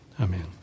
amen